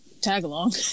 tag-along